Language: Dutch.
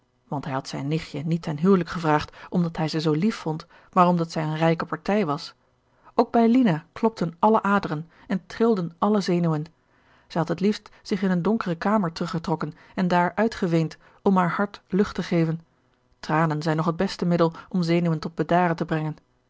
want hij had zijn nichtje niet ten huwelijk gevraagd omdat hij ze zoo lief vond maar omdat zij eene rijke partij was ook bij lina klopten alle aderen en trilden alle zenuwen zij had het liefst zich in een donkere kamer teruggetrokken en daar uitgeweend om haar hart lucht te geven tranen zijn nog het beste middel om zenuwen tot bedaren te brengen